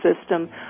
system